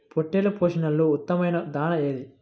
పొట్టెళ్ల పోషణలో ఉత్తమమైన దాణా ఏది?